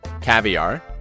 caviar